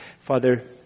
Father